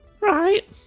Right